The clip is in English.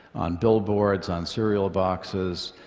on billboards, on cereal boxes.